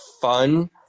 fun